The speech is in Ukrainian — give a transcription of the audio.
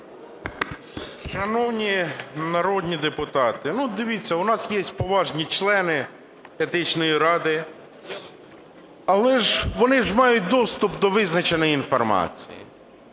Шановні народні депутати, ну, дивіться, у нас є поважні члени Етичної ради, але ж вони мають доступ до визначеної інформації,